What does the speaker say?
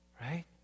Right